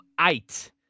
eight